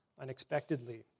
unexpectedly